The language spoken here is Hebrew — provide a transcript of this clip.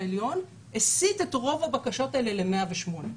העליון הסיט את רוב הבקשות האלה ל-108.